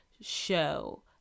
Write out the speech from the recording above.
show